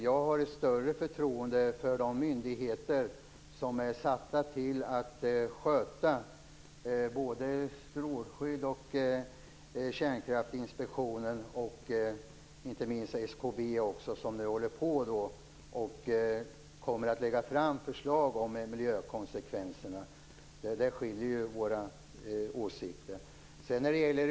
Jag har ett större förtroende för de myndigheter som är satta att sköta detta: både Strålskyddsinstitutet och Kärnkraftsinspektionen och inte minst SKB, som kommer att lägga fram förslag om miljökonsekvenserna. Där skiljer sig våra åsikter åt.